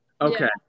Okay